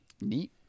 neat